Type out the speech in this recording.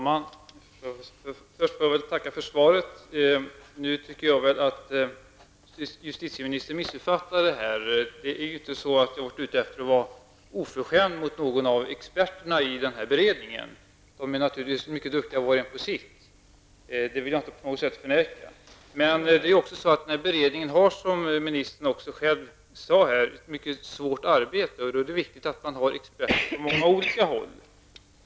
Herr talman! Jag vill först tacka för svaret. Nu tycker jag väl att justitieministern missuppfattande min fråga. Jag är inte ute efter att vara oförskämd mot någon av experterna i denna beredning. Jag vill inte på något sätt förneka att de naturligtvis är mycket duktiga var och en på sitt område. Som justietieministern sade har beredningen ett mycket svårt arbete, och då är det viktigt att experterna kommer från många olika håll.